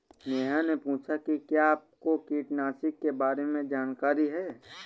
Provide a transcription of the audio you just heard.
नेहा ने पूछा कि क्या आपको कीटनाशी के बारे में जानकारी है?